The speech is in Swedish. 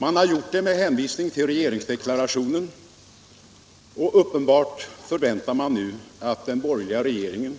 Man har gjort det med hänvisning till regeringsdeklarationen, och uppenbart förväntar man nu att den borgerliga regeringen